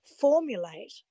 formulate